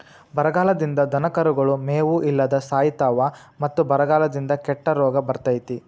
ಬರಗಾಲದಿಂದ ದನಕರುಗಳು ಮೇವು ಇಲ್ಲದ ಸಾಯಿತಾವ ಮತ್ತ ಬರಗಾಲದಿಂದ ಕೆಟ್ಟ ರೋಗ ಬರ್ತೈತಿ